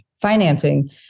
financing